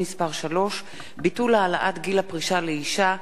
מס' 3) (ביטול העלאת גיל הפרישה לאשה),